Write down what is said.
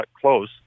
close